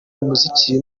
umuziki